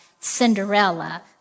Cinderella